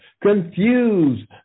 confused